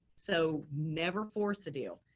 so never force a deal.